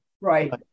Right